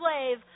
slave